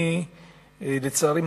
לצערי,